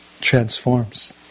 transforms